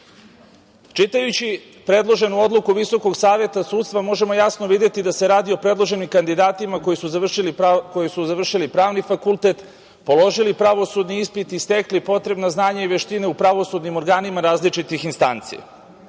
zakone. Čitajući predloženu odluku VSS možemo jasno videti da se radi o predloženim kandidatima koji su završili pravni fakultet, položili pravosudni ispit i stekli potrebna znanja i veštine u pravosudnim organima različitih instanci. Takođe,